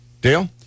Dale